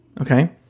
Okay